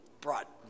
Brought